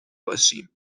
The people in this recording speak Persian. باشیم